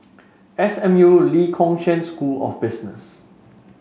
S M U Lee Kong Chian School of Business